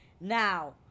Now